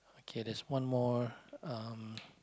okay there's one more um